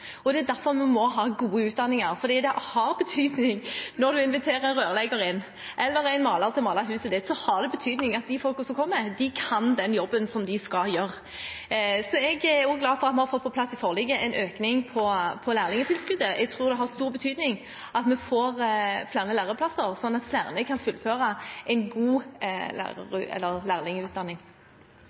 – et håndverk. Derfor må vi ha gode utdanninger, for når man inviterer rørleggere inn, eller en maler til å male huset, har det betydning at de som kommer, kan jobben de skal gjøre. Jeg er også glad for at vi i forliket har fått på plass en økning i lærlingtilskuddet. Jeg tror det har stor betydning at vi får flere læreplasser, sånn at flere kan fullføre en god lærlingutdanning.